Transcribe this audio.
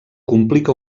complica